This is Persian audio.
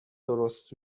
درست